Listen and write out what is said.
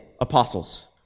apostles